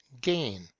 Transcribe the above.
gain